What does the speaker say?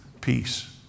Peace